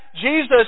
Jesus